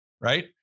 right